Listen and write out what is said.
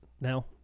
now